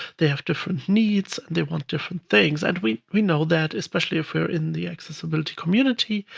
they have different needs. they want different things. and we we know that especially if we're in the accessibility community,